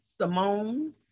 Simone